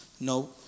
no